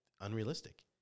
unrealistic